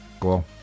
cool